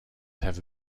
have